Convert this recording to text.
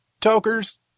Tokers